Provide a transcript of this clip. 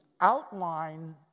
outline